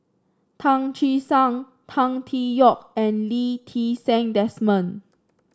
Tan Che Sang Tan Tee Yoke and Lee Ti Seng Desmond